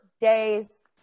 days